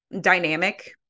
dynamic